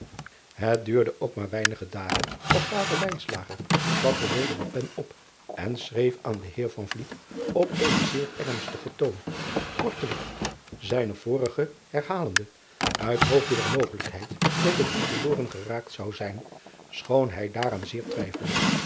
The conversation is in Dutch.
et duurde ook maar weinige dagen of vader vatte weder de pen op en schreef aan den eer op eenen zeer ernstigen toon kortelijk zijnen vorigen herhalende uit hoofde der mogelijkheid dat de brief verloren geraakt zou zijn schoon hij daaraan zeer twijfelde